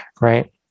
right